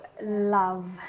Love